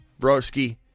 broski